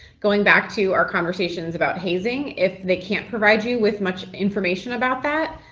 going back to our conversations about hazing, if they can't provide you with much information about that,